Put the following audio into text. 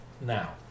now